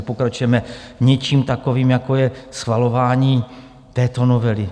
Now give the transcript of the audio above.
Pokračujeme něčím takovým, jako je schvalování této novely.